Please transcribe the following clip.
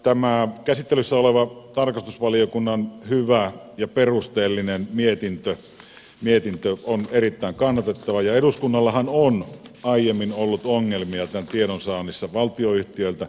tämä käsittelyssä oleva tarkastusvaliokunnan hyvä ja perusteellinen mietintö on erittäin kannatettava ja eduskunnallahan on aiemmin ollut ongelmia tiedonsaannissa valtionyhtiöiltä